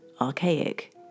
archaic